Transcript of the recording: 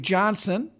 Johnson